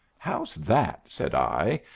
how's that? said i,